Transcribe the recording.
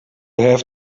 have